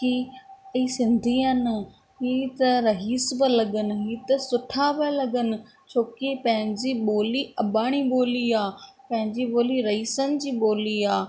हीअ सिंधी आहिनि ही त रहीस पिया लॻनि हीउ त सुठा पिया लॻनि छोकी पंहिंजी ॿोली अबाणी ॿोली आहे पंहिंजी ॿोली रहीसनि जी ॿोली आहे